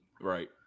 right